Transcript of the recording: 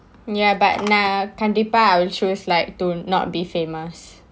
ya but கண்டிப்பா:kandippaa I would choose to not be famous